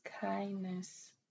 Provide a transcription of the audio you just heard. kindness